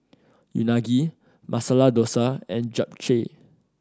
Unagi Masala Dosa and Japchae